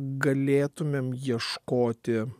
galėtumėm ieškoti